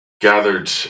gathered